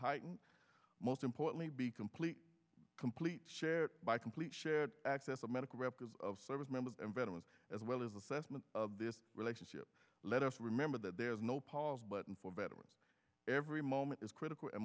heighten most importantly be complete complete shared by complete shared access to medical records of service members and veterans as well as assessment of this relationship let us remember that there is no pause button for veterans every moment is critical